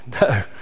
No